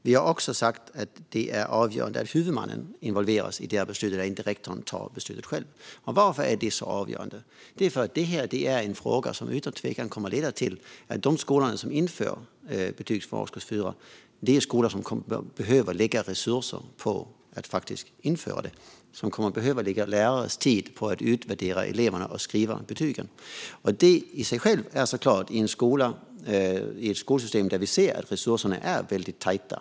Vi har också sagt att det är avgörande att huvudmannen involveras i beslutet och att rektorn inte fattar beslutet själv. Varför är detta så avgörande? Jo, därför att det är en fråga som utan tvekan kommer att leda till att de skolor som inför betyg från årskurs 4 kommer att behöva lägga resurser på att införa det och kommer att behöva lägga lärares tid på att utvärdera eleverna och skriva om betygen, detta i ett skolsystem där vi ser att resurserna är väldigt tajta.